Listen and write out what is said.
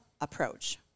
approach